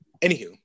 Anywho